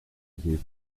gir